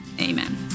Amen